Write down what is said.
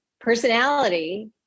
personality